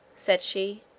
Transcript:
said she,